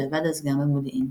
ועבד אז גם במודיעין.